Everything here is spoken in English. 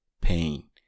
pain